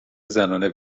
زنانه